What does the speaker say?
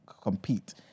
compete